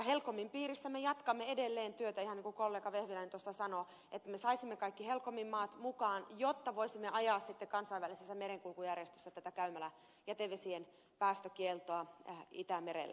helcomin piirissä me jatkamme edelleen työtä ihan niin kuin kollega vehviläinen tuossa sanoi että me saisimme kaikki helcomin maat mukaan jotta voisimme ajaa sitten kansainvälisessä merenkulkujärjestössä tätä käymäläjätevesien päästökieltoa itämerellä